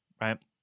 right